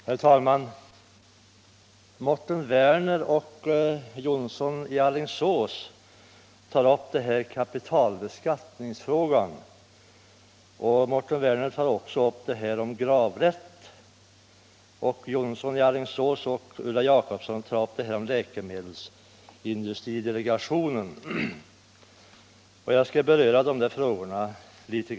Herr talman! Herrar Mårten Werner och Jonsson i Alingsås tar upp kapitalbeskattningsfrågan. Mårten Werner tar också upp frågan om gravrätt, och herr Jonsson i Alingsås och Ulla Jacobsson tar upp frågan om läkemedelsindustridelegationen. Jag skall beröra dessa frågor något litet.